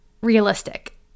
realistic